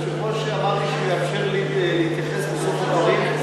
היושב-ראש אמר לי שהוא יאפשר לי להתייחס בסוף הדברים,